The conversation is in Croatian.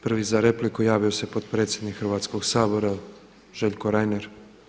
Prvi za repliku javio se potpredsjednik Hrvatskog sabora Željko Reiner.